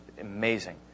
amazing